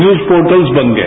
news portals बन गए